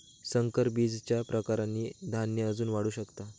संकर बीजच्या प्रकारांनी धान्य अजून वाढू शकता